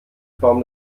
form